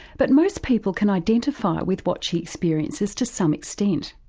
but most people can identify with what she experiences to some extent.